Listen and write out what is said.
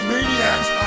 Maniacs